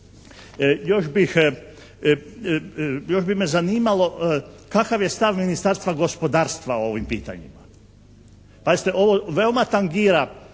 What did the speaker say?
Još bi me zanimalo kakav je stav Ministarstva gospodarstva o ovim pitanjima? Pazite ovo veoma tangira